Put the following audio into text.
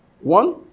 One